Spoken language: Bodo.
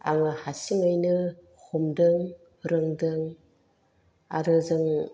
आङो हारसिङैनो हमदों रोंदों आरो जों